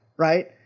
Right